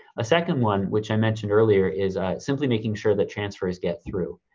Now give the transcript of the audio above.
second one, which i mentioned earlier is simply making sure that transfers get through.